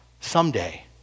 someday